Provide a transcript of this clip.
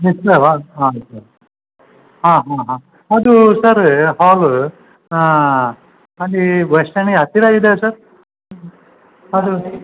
ಹಾಂ ಹಾಂ ಹಾಂ ಅದು ಸರ್ ಹಾಲು ಅಲ್ಲಿ ಬಸ್ ಸ್ಟ್ಯಾಂಡಿಗೆ ಹತ್ತಿರ ಇದೆಯ ಸರ್ ಅದು